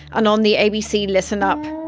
and on the abc listen ah app.